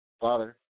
Father